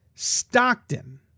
Stockton